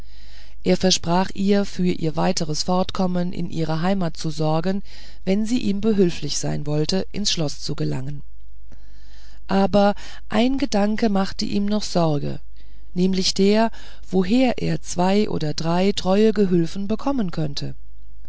er versprach ihr für ihr weiteres fortkommen in ihre heimat zu sorgen wenn sie ihm behülflich sein wollte ins schloß zu gelangen aber ein gedanke machte ihm noch sorge nämlich der woher er zwei oder drei treue gehülfen bekommen könnte